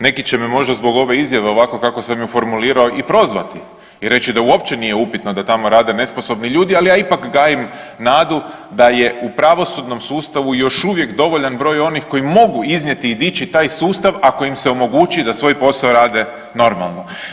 Neki će me možda zbog ove izjave ovako kako sam ju formulirao i prozvati i reći da uopće nije upitno da tamo rade nesposobni ljudi, ali ja ipak gajim nadu da je u pravosudnom sustavu još uvijek dovoljan broj onih koji mogu iznijeti i dići taj sustav ako im se omogući da svoj posao rade normalno.